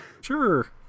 Sure